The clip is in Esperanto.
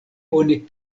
oni